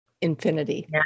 infinity